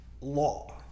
law